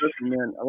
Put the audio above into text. man